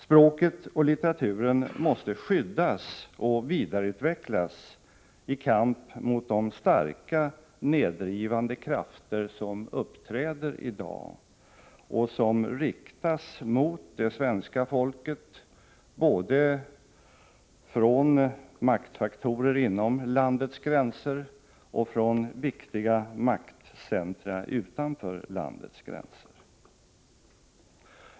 Språket och litteraturen måste skyddas och vidareutvecklas i kamp mot de starka nedrivande krafter som uppträder i dag och som riktas mot det svenska folket, både från maktfaktorer inom landets gränser och från viktiga maktcentra utanför dess gränser.